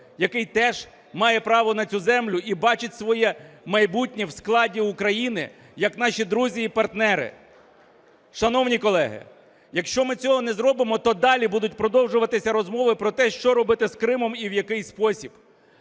який теж має право на цю землю і бачить своє майбутнє в складі України, як наші друзі і партнери. Шановні колеги, якщо ми цього не зробимо, то далі будуть продовжуватися розмови про те, що робити з Кримом і в який спосіб.